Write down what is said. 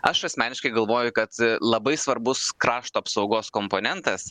aš asmeniškai galvoju kad labai svarbus krašto apsaugos komponentas